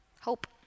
hope